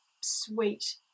sweet